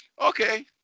Okay